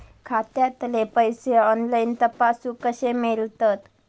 खात्यातले पैसे ऑनलाइन तपासुक कशे मेलतत?